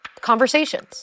conversations